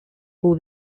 all